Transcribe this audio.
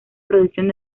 producción